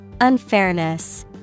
Unfairness